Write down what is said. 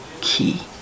key